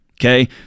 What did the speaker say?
Okay